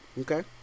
Okay